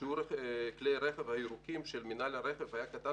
שיעור כלי הרכב הירוקים של מינהל הרכב היה קטן